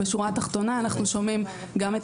בשורה התחתונה אנחנו שומעים גם את